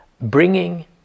bringing